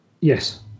Yes